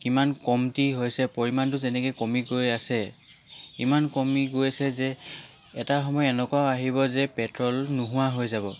কিমান কমটি হৈছে পৰিমাণটো যেনেকৈ কমি গৈ আছে ইমান কমি গৈছে যে এটা সময় এনেকুৱাও আহিব যে পেট্ৰ'ল নোহোৱা হৈ যাব